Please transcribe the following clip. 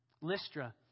Lystra